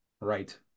Right